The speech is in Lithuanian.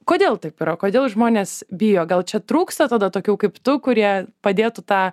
kodėl taip yra kodėl žmonės bijo gal čia trūksta tada tokių kaip tu kurie padėtų tą